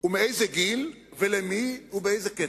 ומאיזה גיל, למי ובאיזה קצב.